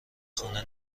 خونه